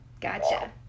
Gotcha